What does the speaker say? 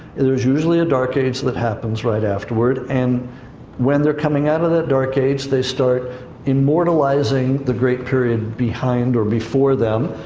there's usually a dark age that happens right afterward. and when they're coming out of that dark age, they start immortalizing the great period behind or before them,